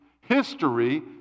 History